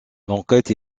l’enquête